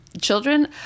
children